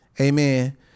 Amen